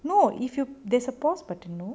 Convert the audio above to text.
no if you there's a pasue button no